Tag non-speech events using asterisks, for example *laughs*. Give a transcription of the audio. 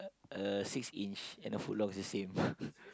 a six inch and a foot long is the same *laughs*